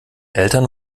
eltern